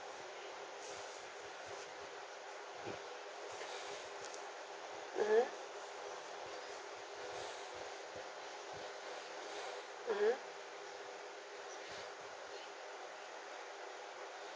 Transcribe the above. (uh huh) (uh huh)